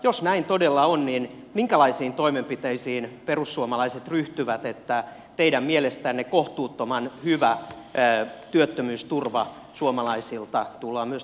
jos näin todella on niin minkälaisiin toimenpiteisiin perussuomalaiset ryhtyvät että teidän mielestänne kohtuuttoman hyvä työttömyysturva suomalaisilta tullaan tulevaisuudessa purkamaan